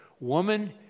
woman